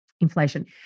inflation